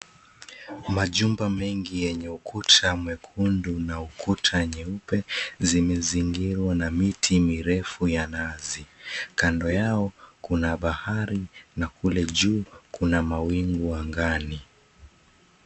Majumba mengi yenye ukuta mwekundu na ukuta nyeupe zimezingirwa na miti mirefu ya nazi, kando yao kuna bahari na kule juu kuna mawingu angani.